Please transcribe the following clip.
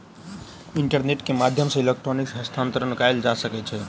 internet के माध्यम सॅ इलेक्ट्रॉनिक हस्तांतरण कयल जा सकै छै